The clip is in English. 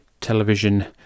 television